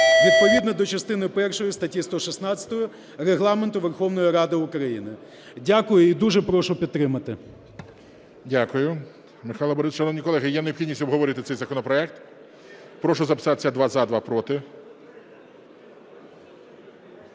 відповідно до частини першої статті 116 Регламенту Верховної Ради України. Дякую і дуже прошу підтримати. ГОЛОВУЮЧИЙ. Дякую, Михайло Борисовичу. Шановні колеги, є необхідність обговорити цей законопроект? Прошу записатися: два – за, два – проти.